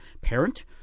parent